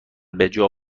بجا